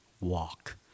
walk